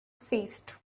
faced